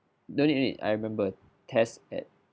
no need no need I remember test at